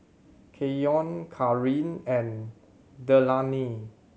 Keyon Carin and Delaney